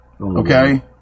Okay